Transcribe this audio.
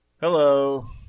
Hello